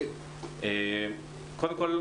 קודם כל,